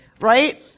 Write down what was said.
right